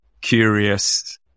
curious